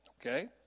okay